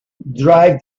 drive